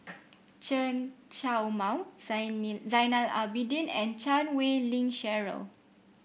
Chen Show Mao Zainal Abidin and Chan Wei Ling Cheryl